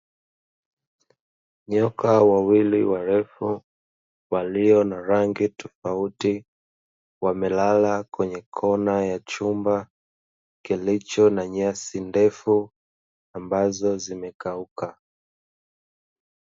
Nyoka wawili warefu, walio na rangi tofauti wamelala kwenye kona ya chumba kilicbo na nyasi ndefu ambazo zimekauka.